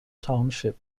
township